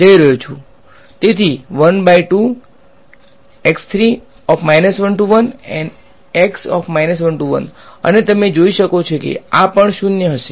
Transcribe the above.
તેથી અને તમે જોઈ શકો છો કે આ પણ 0 હશે